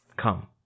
come